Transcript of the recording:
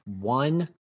one-